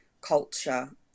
culture